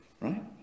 right